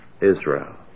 Israel